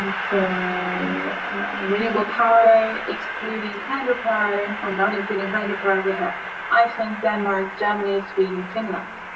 for renewable power excluding hydropower or not including hydropower we have iceland, denmark, germany, sweden, finland.